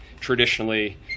traditionally